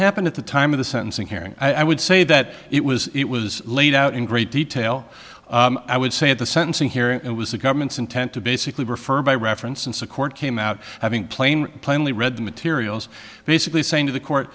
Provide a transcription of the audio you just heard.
happened at the time of the sentencing hearing i would say that it was it was laid out in great detail i would say at the sentencing hearing it was the government's intent to basically refer by reference and so court came out having plame plainly read the materials basically saying to the court